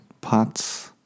pots